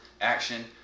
action